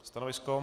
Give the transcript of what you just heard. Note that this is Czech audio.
Stanovisko.